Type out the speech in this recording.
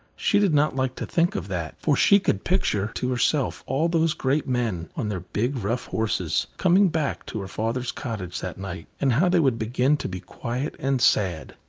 she did not like to think of that, for she could picture to herself all those great men, on their big rough horses, coming back to her father's cottage that night, and how they would begin to be quiet and sad.